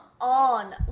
on